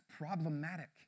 problematic